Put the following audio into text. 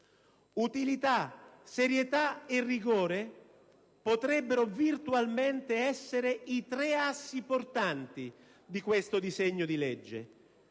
Utilità, serietà e rigore potrebbero virtualmente essere i tre assi portanti di questo disegno di legge.